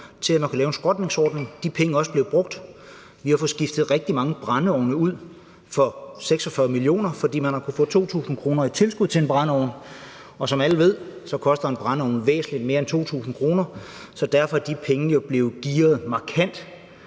finansloven til en skrotningsordning. De penge er også blevet brugt – vi har fået skiftet rigtig mange brændeovne ud for de 46 mio. kr., fordi man har kunnet få 2.000 kr. i tilskud til en ny brændeovn, og som alle ved, koster en brændeovn væsentlig mere end 2.000 kr., så derfor er de penge jo blevet gearet markant,